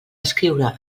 escriure